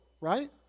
right